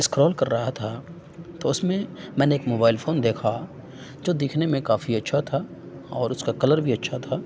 scroll کر رہا تھا تو اس میں میں نے ایک موبائل فون دیکھا جو دکھنے میں کافی اچھا تھا اور اس کا کلر بھی اچھا تھا